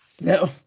No